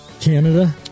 Canada